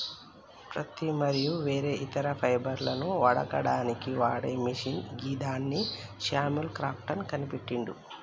పత్తి మరియు వేరే ఇతర ఫైబర్లను వడకడానికి వాడే మిషిన్ గిదాన్ని శామ్యుల్ క్రాంప్టన్ కనిపెట్టిండు